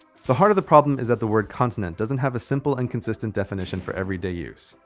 the heart of the problem is that the word continent doesn't have a simple and consistent deffiniton for every day use.